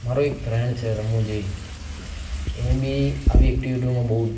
મારો એક ફ્રેન્ડ છે રમૂજી એ બી આવી એક્ટિવિટીમાં બહુ